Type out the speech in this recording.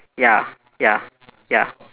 ya ya ya